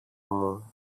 μου